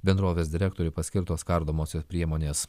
bendrovės direktoriui paskirtos kardomosios priemonės